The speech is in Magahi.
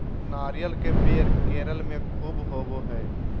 नारियल के पेड़ केरल में ख़ूब होवो हय